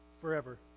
forever